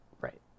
right